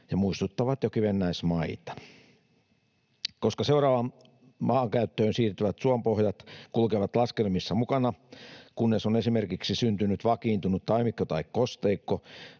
jotka muistuttavat jo kivennäismaita. Koska seuraavat maankäyttöön siirtyvät suonpohjat kulkevat laskelmissa mukana, kunnes on esimerkiksi syntynyt vakiintunut taimikko tai kosteikko,